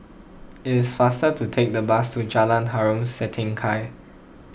it is faster to take the bus to Jalan Harom Setangkai